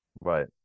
Right